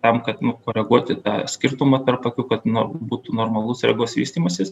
tam kad koreguoti tą skirtumą tarp akių kad no būtų normalus regos vystymasis